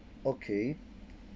okay